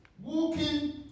Walking